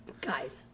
Guys